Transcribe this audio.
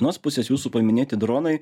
vienos pusės jūsų paminėti dronai